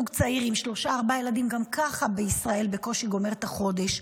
גם ככה זוג צעיר עם שלושה ארבעה ילדים בישראל בקושי גומר את החודש.